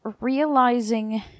realizing